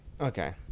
okay